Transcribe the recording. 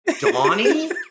Donnie